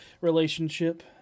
relationship